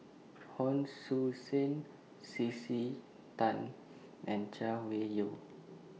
Hon Sui Sen C C Tan and Chay Weng Yew